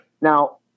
Now